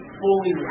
fully